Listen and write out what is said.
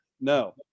No